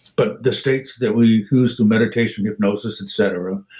but the states that we use to meditation, hypnosis, et cetera,